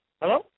Hello